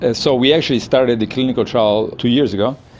and so we actually started the clinical trial two years ago,